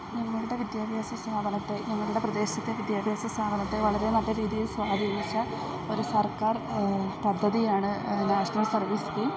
ഞങ്ങളുടെ വിദ്യാഭ്യാസ സ്ഥാപനത്തെ ഞങ്ങളുടെ പ്രദേശത്തെ വിദ്യാഭ്യാസ സ്ഥാപനത്തെ വളരെ നല്ല രീതിയിൽ സ്വാധീനിച്ച ഒരു സർക്കാർ പദ്ധതിയാണ് നാഷ്ണൽ സർവ്വീസ് സ്കീം